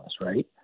right